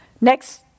next